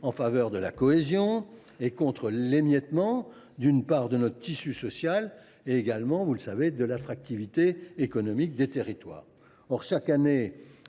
en faveur de la cohésion et contre l’émiettement d’une part de notre tissu social et de l’attractivité économique des territoires. Or, chaque année,